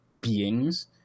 beings